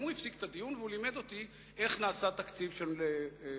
גם הוא הפסיק את הדיון ולימד אותי איך נעשה תקציב של משרד.